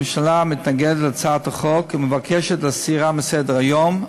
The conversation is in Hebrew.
הממשלה מתנגדת להצעת החוק ומבקשת להסירה מסדר-היום.